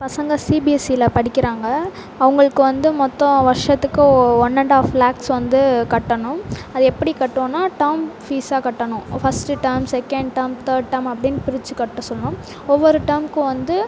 பசங்க சிபிஎஸ்சியில படிக்கிறாங்க அவங்களுக்கு வந்து மொத்தம் வருஷத்துக்கு ஒன் அண்ட் ஆஃப் லாக்ஸ் வந்து கட்டணும் அதை எப்படி கட்டுவோன்னா டேர்ம் ஃபீஸாக கட்டணும் first term second term third term அப்படின்னு பிரிச்சு கட்ட சொல் ஒவ்வொரு டேர்ம்கும் வந்து